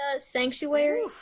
Sanctuary